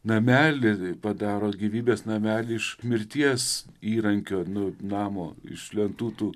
namelį padaro gyvybės namelį iš mirties įrankio nu namo iš lentų tų